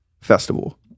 festival